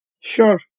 Sure